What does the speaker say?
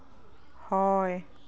হয়